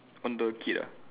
on the kid ah